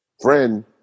friend